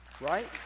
right